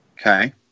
Okay